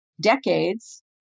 decades